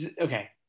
okay